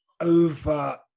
over